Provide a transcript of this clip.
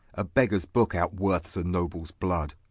a beggers booke, out-worths a nobles blood